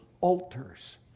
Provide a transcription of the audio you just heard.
altars